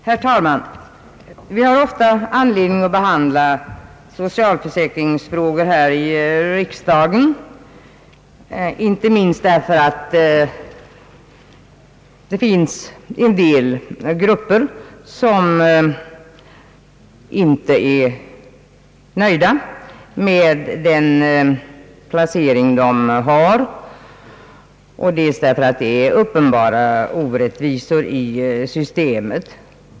Herr talman! Vi har ofta anledning att behandla socialförsäkringsfrågor här i riksdagen, inte minst därför att det finns en del grupper som inte är nöjda med den placering som de har fått i sjukförsäkringssystemet och därför att det förekommer uppenbara orättvisor i systemet.